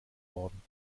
worden